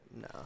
no